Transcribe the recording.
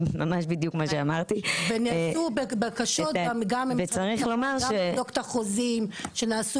והיו בקשות גם לבדוק את החוזים שנעשו